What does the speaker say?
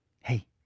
hey